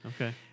Okay